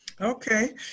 okay